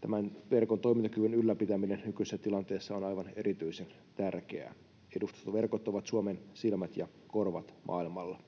Tämän verkon toimintakyvyn ylläpitäminen nykyisessä tilanteessa on aivan erityisen tärkeää. Edustustot ovat Suomen silmät ja korvat maailmalla.